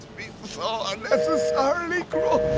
be so unnecessarily gross?